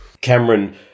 Cameron